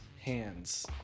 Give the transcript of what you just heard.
hands